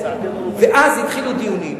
ואז התחילו דיונים,